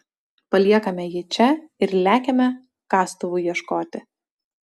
paliekame jį čia ir lekiame kastuvų ieškoti